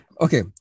Okay